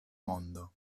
mondo